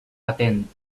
patent